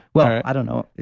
well, i don't know.